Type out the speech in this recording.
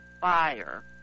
fire